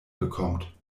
bekommt